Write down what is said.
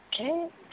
Okay